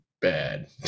bad